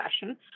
fashion